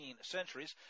centuries